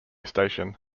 station